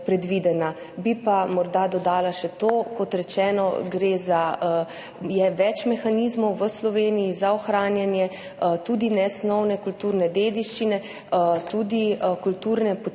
Bi pa morda dodala še to, kot rečeno, je več mehanizmov v Sloveniji za ohranjanje tudi nesnovne kulturne dediščine, tudi kulturne poti so